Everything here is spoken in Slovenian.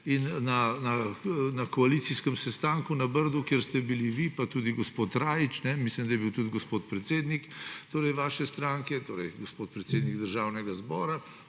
je na koalicijskem sestanku na Brdu, kjer ste bili vi pa tudi gospod Rajić, mislim, da je bil tudi gospod predsednik vaše stranke, torej gospod predsednik Državnega zbora,